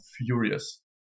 furious